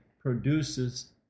produces